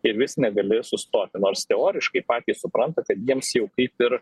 ir vis negali sustoti nors teoriškai patys supranta kad jiems jau kaip ir